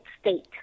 state